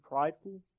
prideful